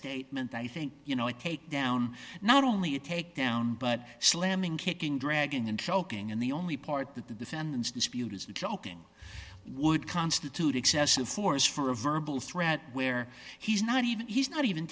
statement i think you know a cake down not only a takedown but slamming kicking dragon and joking and the only part that the defendants dispute is the joking would constitute excessive force for a verbal threat where he's not even he's not even